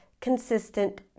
consistent